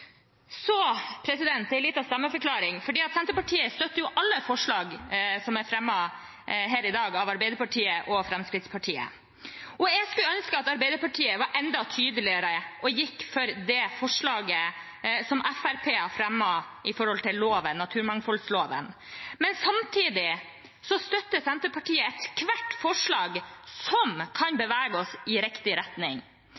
stemmeforklaring: Senterpartiet støtter her i dag alle forslag som er fremmet av Arbeiderpartiet og Fremskrittspartiet. Jeg skulle ønske at Arbeiderpartiet var enda tydeligere og gikk for det forslaget som Fremskrittspartiet har fremmet, som gjelder naturmangfoldloven. Samtidig støtter Senterpartiet ethvert forslag som kan